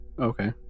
Okay